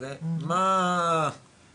הרי מה בעצם,